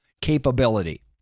capability